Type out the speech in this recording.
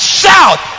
shout